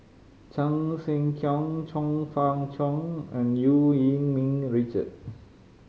Chan Sek Keong Chong Fah Cheong and Eu Yee Ming Richard